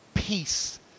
Peace